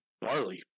barley